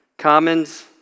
commons